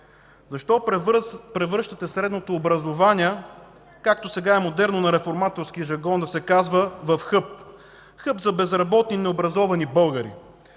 Защо превръщате средното образование, както сега е модерно на реформаторски жаргон да се казва, в хъб – хъб за безработни, необразовани българи?